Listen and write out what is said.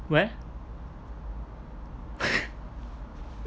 where